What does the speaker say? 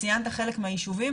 וציינת חלק מהיישובים,